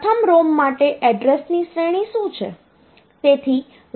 પ્રથમ ROM માટે એડ્રેસની શ્રેણી શું છે